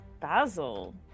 basil